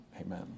Amen